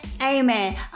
Amen